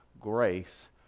grace